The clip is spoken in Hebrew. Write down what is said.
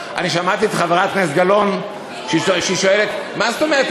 שמעתי את חברת הכנסת גלאון שואלת: מה זאת אומרת,